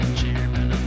chairman